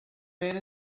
man